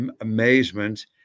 amazement